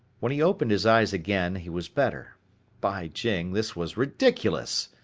when he opened his eyes again he was better by jing, this was ridiculous.